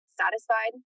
satisfied